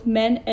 men